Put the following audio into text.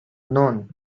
known